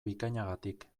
bikainagatik